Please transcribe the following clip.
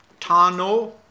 tano